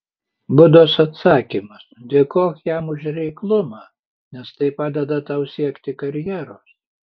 budos atsakymas dėkok jam už reiklumą nes tai padeda tau siekti karjeros